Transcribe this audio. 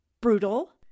brutal